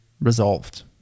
resolved